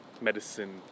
medicine